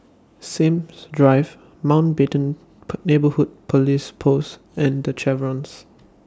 Sims Drive Mountbatten Neighbourhood Police Post and The Chevrons